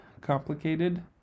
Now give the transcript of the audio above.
complicated